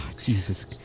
Jesus